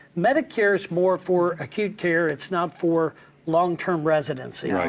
medicare is more for acute care. it's not for long term residency.